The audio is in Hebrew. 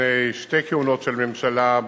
לפני שתי כהונות של ממשלה,